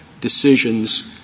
decisions